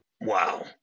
Wow